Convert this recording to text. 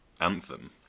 anthem